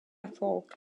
falk